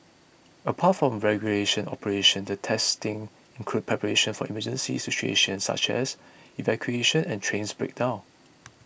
apart from regulation operations the testing includes preparation for emergency situations such as evacuations and train breakdowns